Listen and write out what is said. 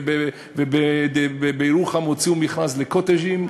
ובירוחם הוציאו מכרז לקוטג'ים,